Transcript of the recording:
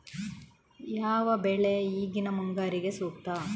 ಯಾವ ಬೆಳೆ ಈಗಿನ ಮುಂಗಾರಿಗೆ ಸೂಕ್ತ?